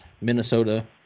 Minnesota